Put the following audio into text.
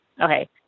Okay